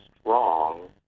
strong